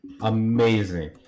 amazing